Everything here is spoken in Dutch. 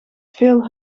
veel